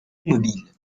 automobile